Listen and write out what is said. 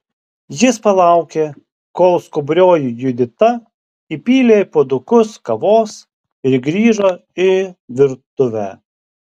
jis palaukė kol skubrioji judita įpylė į puodukus kavos ir grįžo į virtuvę